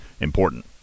important